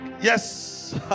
yes